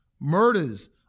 Murders